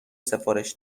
سفارش